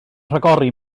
rhagori